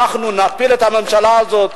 ואנחנו נפיל את הממשלה הזאת,